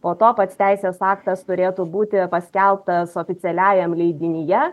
o to pats teisės aktas turėtų būti paskelbtas oficialiajam leidinyje